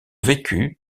vécu